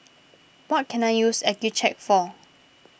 what can I use Accucheck for